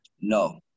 No